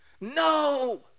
No